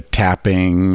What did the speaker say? tapping